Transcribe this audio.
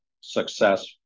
success